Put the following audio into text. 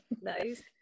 Nice